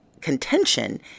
contention